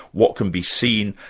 what can be seen,